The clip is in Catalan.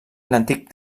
l’antic